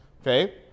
Okay